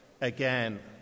again